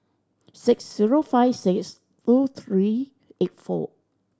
six zero five six two three eight four